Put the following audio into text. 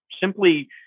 simply